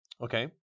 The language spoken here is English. Okay